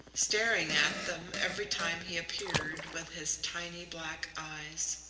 staring at them, every time he appeared, with his tiny black eyes.